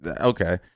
okay